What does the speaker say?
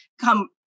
come